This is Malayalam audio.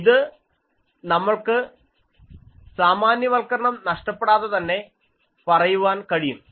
ഇത് നമ്മൾക്ക് സാമാന്യവൽക്കരണം നഷ്ടപ്പെടാതെ തന്നെ പറയാൻ കഴിയും